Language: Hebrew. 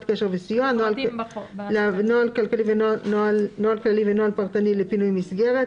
קשר וסיוע ולנוהל כללי ונוהל פרטני לפינוי מסגרת,